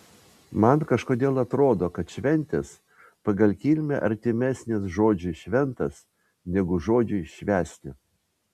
man kažkodėl atrodo kad šventės pagal kilmę artimesnės žodžiui šventas negu žodžiui švęsti